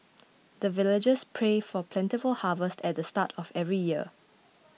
the villagers pray for plentiful harvest at the start of every year